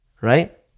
right